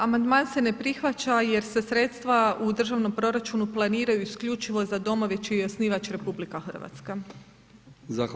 Amandman se ne prihvaća jer se sredstva u državnom proračunu planiraju isključivo za domove čiji je osnivač RH.